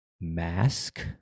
mask